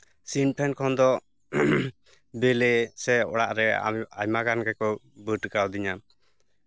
ᱥᱤᱢ ᱯᱷᱮᱱ ᱠᱷᱚᱱ ᱫᱚ ᱵᱮᱞᱮ ᱥᱮ ᱚᱲᱟᱜ ᱨᱮ ᱟᱭᱢᱟ ᱜᱟᱱ ᱜᱮᱠᱚ ᱵᱟᱹᱰ ᱠᱟᱣᱫᱤᱧᱟ